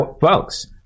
Folks